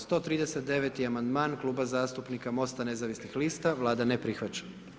139. amandman Kluba zastupnika MOST-a nezavisnih lista, Vlada ne prihvaća.